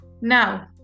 Now